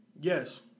Yes